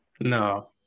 No